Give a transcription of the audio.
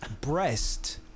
breast